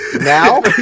now